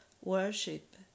worship